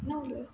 ना उलय